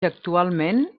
actualment